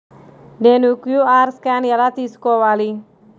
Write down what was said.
నేను QR scan ఎలా తీసుకోవాలి?